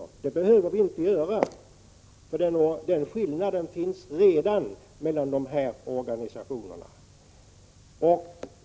Men det behöver vi inte göra, för skillnaden finns redan.